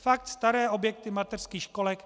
Fakt staré objekty mateřských školek.